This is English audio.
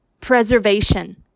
Preservation